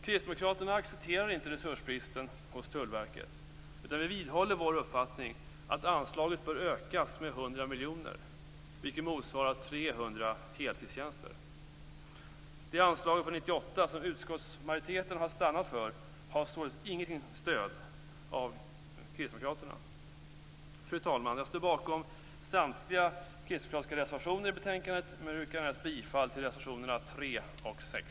Kristdemokraterna accepterar inte resursbristen hos Tullverket, utan vi vidhåller vår uppfattning att anslaget bör ökas med 100 miljoner, vilket motsvarar 300 heltidstjänster. Det anslag för 1998 som utskottets majoritet har stannat för har således inget stöd av Fru talman! Jag står bakom samtliga kristdemokratiska reservationer till betänkandet men yrkar bifall endast till reservationerna 3 och 6.